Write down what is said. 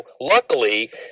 luckily